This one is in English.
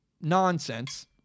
nonsense